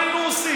מה היינו עושים?